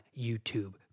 YouTube